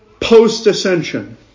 post-ascension